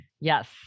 yes